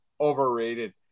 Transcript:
overrated